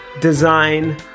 Design